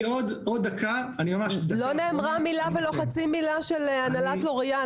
לא נאמרה מילה ולא חצי מילה של הנהלת לוריאל,